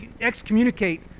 excommunicate